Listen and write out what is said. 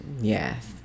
Yes